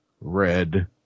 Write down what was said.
Red